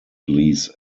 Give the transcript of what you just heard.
lease